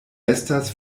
estas